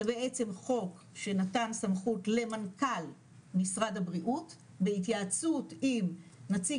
זה בעצם חוק שנתן סמכות למנכ"ל משרד הבריאות בהתייעצות עם נציג